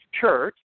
church